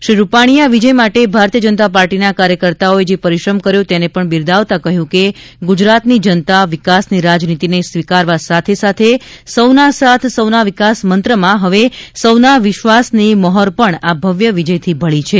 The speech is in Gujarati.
શ્રી વિજયભાઈ રૂપાણીએ આ વિજય માટે ભારતીય જનતા પાર્ટીના કાર્યકર્તાઓએ જે પરિશ્રમ કર્યો તેને પણ બિરદાવતાં કહ્યું છે કે ગુજરાતની જનતા વિકાસની રાજનીતિને સ્વીકારવા સાથે સૌના સાથ સૌના વિકાસ મંત્રમાં હવે સૌના વિશ્વાસની મ્હોર પણ આ ભવ્ય વિજયથી ભળી છે